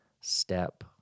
step